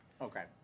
Okay